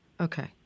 Okay